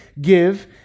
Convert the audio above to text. give